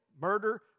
murder